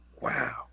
Wow